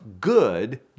good